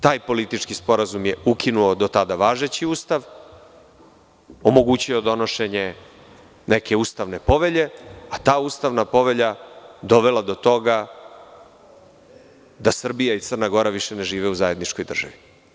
Taj politički sporazum je ukinuo do tada važeći Ustav, omogućio donošenje neke ustavne povelje, a ta ustavna povelja je dovela do toga da Srbija i Crna Gora više ne žive u zajedničkoj državi.